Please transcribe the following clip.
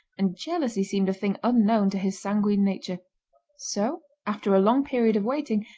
and jealousy seemed a thing unknown to his sanguine nature so, after a long period of waiting,